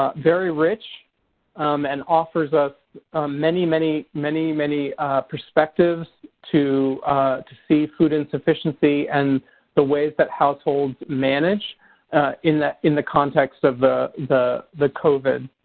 ah very rich and offers us many, many, many, many perspectives to to see food insufficiency and the ways that households manage in the in the context of the the covid